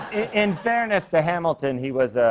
in fairness to hamilton, he was,